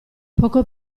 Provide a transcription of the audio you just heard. poco